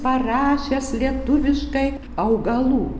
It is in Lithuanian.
parašęs lietuviškai augalų